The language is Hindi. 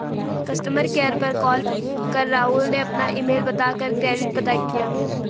कस्टमर केयर पर कॉल कर राहुल ने अपना ईमेल बता कर क्रेडिट पता किया